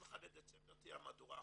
שב-31 לדצמבר תהיה המהדורה האחרונה.